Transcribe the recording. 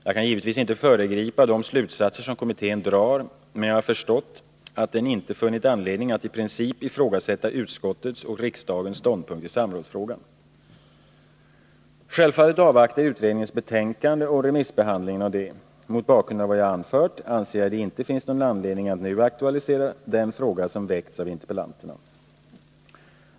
Jag kan givetvis inte föregripa de slutsatser som kommittén skall dra, men jag har förstått att den inte funnit anledning att i princip ifrågasätta utskottets och riksdagens ståndpunkt i samrådsfrågan. Självfallet avvaktar jag utredningens betänkande och remissbehandlingen av det. Mot bakgrund av vad jag anfört anser jag det inte finnas någon anledning att nu aktualisera den fråga som väckts av interpellanterna.